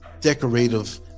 decorative